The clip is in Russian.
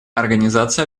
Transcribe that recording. организация